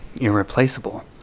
irreplaceable